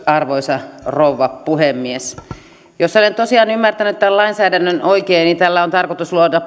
arvoisa rouva puhemies jos olen tosiaan ymmärtänyt tämän lainsäädännön oikein niin tällä on tarkoitus luoda